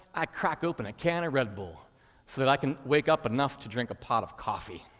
i crack open a can of red bull so that i can wake up enough to drink a pot of coffee.